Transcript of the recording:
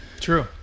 True